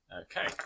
Okay